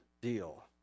deal